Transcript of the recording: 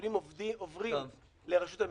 הנתונים עוברים לרשות המיסים,